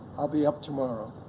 i'll be up tomorrow.